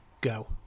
go